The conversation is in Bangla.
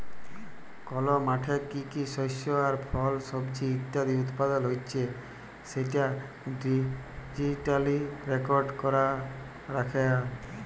কল মাঠে কি কি শস্য আর ফল, সবজি ইত্যাদি উৎপাদল হচ্যে সেটা ডিজিটালি রেকর্ড ক্যরা রাখা